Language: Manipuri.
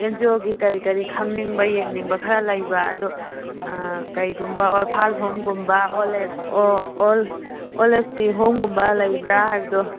ꯑꯦꯟ ꯖꯤ ꯑꯣꯒꯤ ꯀꯔꯤ ꯀꯔꯤ ꯈꯪꯅꯤꯡꯕ ꯌꯦꯡꯅꯤꯡꯕ ꯈꯔ ꯂꯩꯕ ꯑꯗꯨ ꯀꯔꯤꯒꯨꯝꯕ ꯑꯣꯔꯐꯥꯜ ꯍꯣꯝꯒꯨꯝꯕ ꯑꯣꯜ ꯑꯦꯖꯀꯤ ꯍꯣꯝꯒꯨꯝꯕ ꯂꯩꯕ꯭ꯔ ꯍꯥꯏꯕꯗꯣ